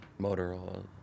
Motorola